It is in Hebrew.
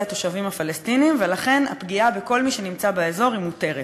התושבים הפלסטינים ולכן הפגיעה בכל מי שנמצא באזור היא מותרת.